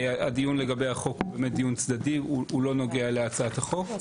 הדיון לגבי החוק הוא דיון צדדי והוא לא נוגע להצעת החוק.